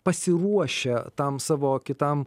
pasiruošę tam savo kitam